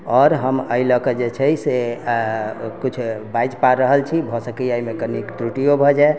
आओर हम एहि लए कऽ जे छै से कुछ बाजि पा रहल छी भऽ सकैया एहिमे कनिक त्रुटियो भऽ जाए